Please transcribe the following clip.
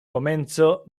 komenco